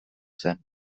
zen